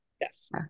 Yes